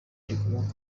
rikomoka